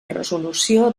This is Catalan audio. resolució